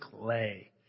clay